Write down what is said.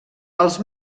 els